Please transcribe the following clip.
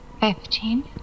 fifteen